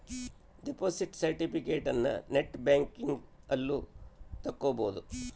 deposit ಸೆರ್ಟಿಫಿಕೇಟನ net banking ಅಲ್ಲು ತಕ್ಕೊಬೊದು